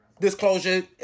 disclosure